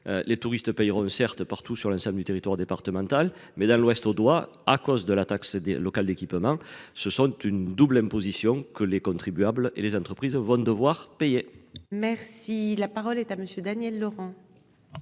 Les touristes payeront certes partout sur l'ensemble du territoire départemental mais dans l'ouest audois, à cause de la taxe locale d'équipement. Ce sont une double imposition que les contribuables et les entreprises vont devoir payer. Merci la parole est à monsieur Daniel Laurent.